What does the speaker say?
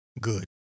good